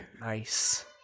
Nice